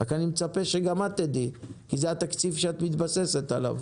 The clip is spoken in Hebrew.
רק אני מצפה שגם את תדעי כי זה התקציב שאת מתבססת עליו.